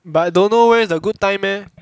but I don't know where is a good time eh